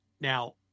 Now